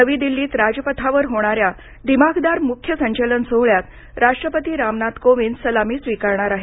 नवी दिल्लीत राजपथावर होणाऱ्या दिमाखदार मुख्य संचलन सोहळ्यात राष्ट्रपती रामनाथ कोविंद सलामी स्वीकारणार आहेत